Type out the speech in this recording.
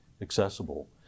accessible